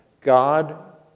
God